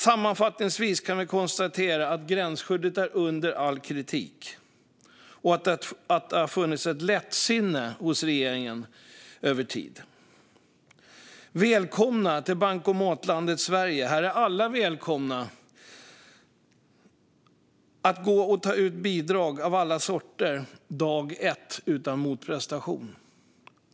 Sammanfattningsvis kan vi konstatera att gränsskyddet är under all kritik och att det har funnits ett lättsinne hos regeringen över tid. Välkomna till bankomatlandet Sverige! Här är alla välkomna att dag ett gå och ta ut bidrag av alla sorter utan motprestation.